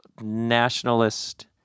nationalist